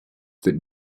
that